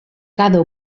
cada